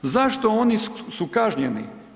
Zašto oni su kažnjeni?